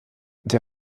der